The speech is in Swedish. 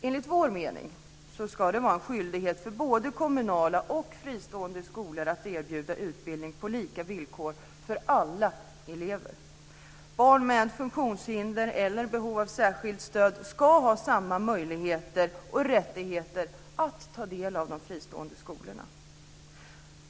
Enligt vår mening ska det vara en skyldighet för både kommunala och fristående skolor att erbjuda utbildning på lika villkor för alla elever. Barn med funktionshinder eller med behov av särskilt stöd ska ha samma möjligheter och rättigheter att gå i de fristående skolorna.